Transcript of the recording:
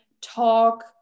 talk